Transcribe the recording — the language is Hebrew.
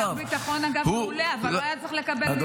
הוא היה שר ביטחון מעולה אבל לא היה צריך לקבל באישון לילה החלטה.